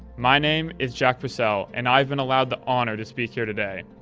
my name is jack purcell and i've been allowed the honor to speak here today.